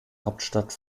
hauptstadt